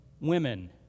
Women